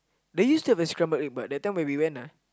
they used to have a scramble egg but that time when we went ah